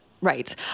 Right